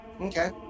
Okay